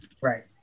Right